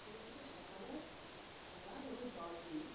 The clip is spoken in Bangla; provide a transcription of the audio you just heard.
পাখিদেরকে সকালে খাবার ও জল দিই